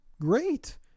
Great